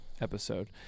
episode